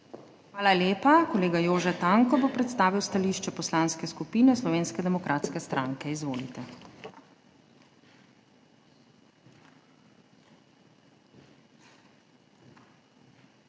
Hvala lepa. Kolega Jože Tanko bo predstavil stališče Poslanske skupine Slovenske demokratske stranke. Izvolite. **JOŽE